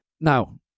now